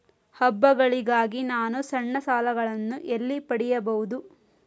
ಹಬ್ಬಗಳಿಗಾಗಿ ನಾನು ಸಣ್ಣ ಸಾಲಗಳನ್ನು ಎಲ್ಲಿ ಪಡೆಯಬಹುದು?